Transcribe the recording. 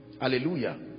Hallelujah